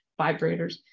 vibrators